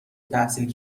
تحصیل